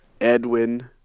Edwin